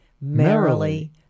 merrily